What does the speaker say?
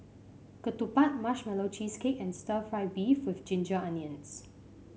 ketupat Marshmallow Cheesecake and stir fry beef with Ginger Onions